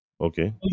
Okay